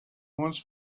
wants